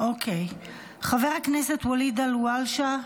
חבר הכנסת ואליד אלהואשלה,